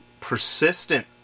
persistent